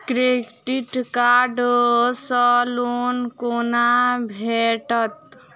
Credit card सँ loan कोना भेटत?